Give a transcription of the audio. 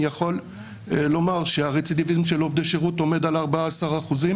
אני יכול לומר שהרצידביזם של עובדי שירות עומד על 14 אחוזים